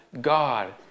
God